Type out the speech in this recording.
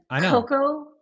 Coco